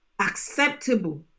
acceptable